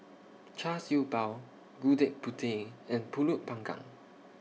Char Siew Bao Gudeg Putih and Pulut Panggang